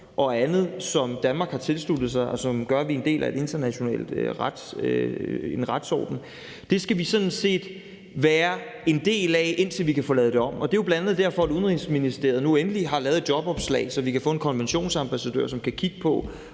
og andet, som Danmark har tilsluttet sig, gør, at vi er en del af en international retsorden. Det skal vi sådan set være en del af, indtil vi kan få lavet det om. Og det er jo bl.a. derfor, at Udenrigsministeriet nu endelig har lavet et jobopslag, så vi kan få en konventionsambassadør, som kan kigge på,